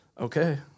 okay